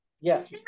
Yes